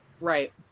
right